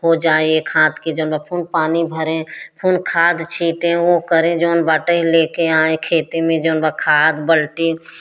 हो जाए एक हाथ के जौन बा फिर पानी भरें फिर खाद छीटें ओ करें जौन बाटय ले के आयँ खेते में जौन बा खाद बल्टी